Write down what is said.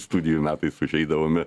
studijų metais užeidavome